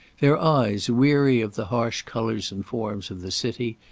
their eyes, weary of the harsh colours and forms of the city,